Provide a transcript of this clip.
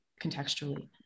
contextually